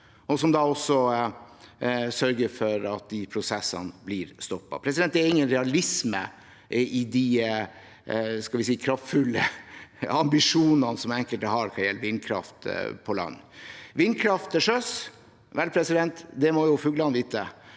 og som sørger for at de prosessene blir stoppet. Det er ingen realisme i de kraftfulle ambisjonene som enkelte har når det gjelder vindkraft på land. Vindkraft til sjøs – vel, det må jo fuglene vite.